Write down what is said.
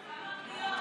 גם ערביות.